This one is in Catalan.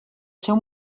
seu